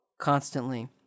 constantly